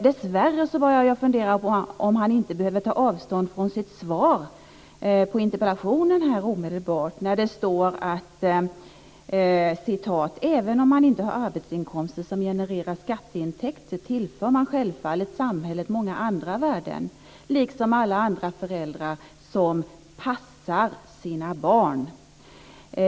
Dessvärre börjar jag fundera på om han inte omedelbart behöver ta avstånd från sitt svar på interpellationen där följande står: "Även om man inte har arbetsinkomster som genererar skatteintäkter tillför man självfallet samhället många andra värden, liksom alla andra föräldrar som passar sina barn."